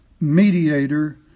mediator